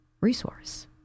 resource